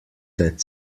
that